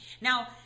Now